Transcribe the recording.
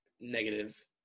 negative